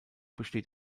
besteht